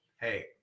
Hey